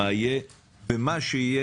יהא מה שיהא,